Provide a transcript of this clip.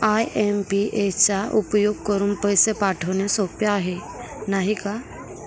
IMPS चा उपयोग करुन पैसे पाठवणे सोपे आहे, नाही का